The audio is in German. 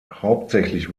hauptsächlich